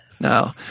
No